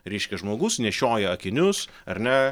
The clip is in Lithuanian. reiškia žmogus nešioja akinius ar ne